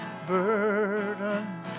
burden